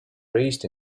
raised